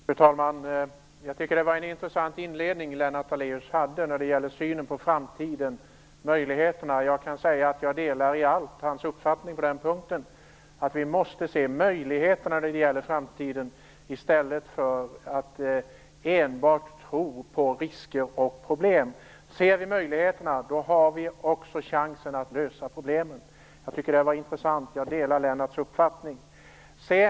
Fru talman! Lennart Daléus hade en intressant inledning kring synen på framtiden och möjligheterna. Jag delar till fullo Lennart Daléus uppfattning på den punkten. Vi måste alltså se möjligheterna i framtiden; detta i stället för att enbart tänka på risker och problem. Om vi ser möjligheterna, har vi också en chans att lösa problemen. Jag tycker att det var ett intressant resonemang. Jag delar, som sagt, Lennart Daléus uppfattning.